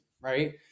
right